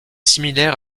similaire